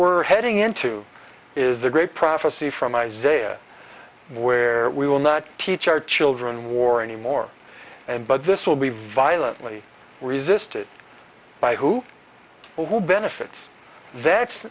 we're heading into is the great prophecy from isaiah where we will not teach our children war anymore and but this will be violently resisted by who who benefits that